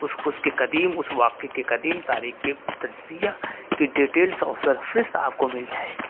اس اس کے قدیم اس واقعے کے قدیم تاریخ کے تجزیہ کی ڈیٹیلس اور آپ کو مل جائے گی